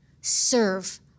Serve